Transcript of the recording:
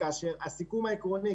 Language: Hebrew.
כאשר הסיכום העקרוני,